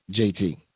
JT